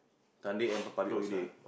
Sunday and public holiday